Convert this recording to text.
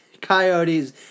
Coyotes